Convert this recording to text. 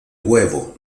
huevo